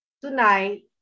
tonight